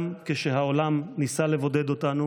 גם כשהעולם ניסה לבודד אותנו,